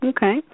Okay